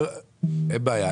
אין בעיה.